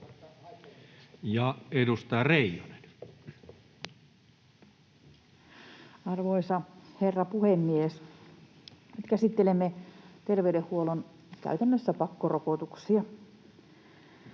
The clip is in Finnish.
edustaja Reijonen. Arvoisa herra puhemies! Käsittelemme käytännössä terveydenhuollon pakkorokotuksia.